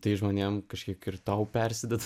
tai žmonėm kažkiek ir tau persiduoda